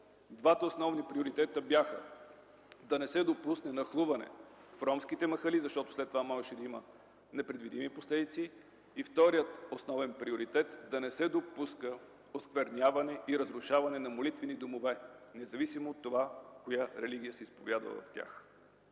двата основни приоритета бяха да не се допусне нахлуване в ромските махали, защото след това можеше да има непредвидими последици, и вторият основен приоритет – да не се допуска оскверняване и разрушаване на молитвени домове, независимо коя религия се изповядва в тях.